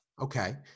Okay